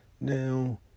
Now